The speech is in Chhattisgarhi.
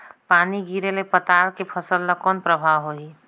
पानी गिरे ले पताल के फसल ल कौन प्रभाव होही?